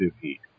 heat